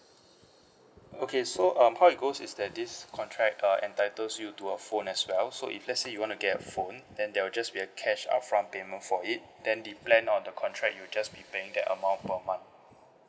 okay so um how it goes is that this contract uh entitles you to a phone as well so if let's say you want to get a phone then there will just be a cash upfront payment for it then the plan on the contract you just be paying that amount per month